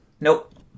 Nope